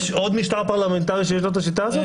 יש עוד משטר פרלמנטרי שיש לו את הצעת החוק הזו?